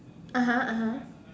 (uh huh) (uh huh)